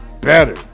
better